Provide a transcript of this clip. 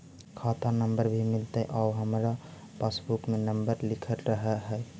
खाता नंबर भी मिलतै आउ हमरा पासबुक में नंबर लिखल रह है?